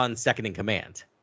second-in-command